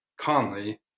Conley